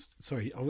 sorry